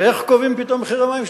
זה איך קובעים פתאום מחיר המים,